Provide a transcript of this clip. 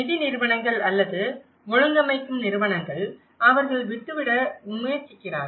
நிதி நிறுவனங்கள் அல்லது ஒழுங்கமைக்கும் நிறுவனங்கள் அவர்கள் விட்டுவிட முயற்சிக்கிறார்கள்